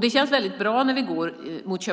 Det känns väldigt bra när vi går mot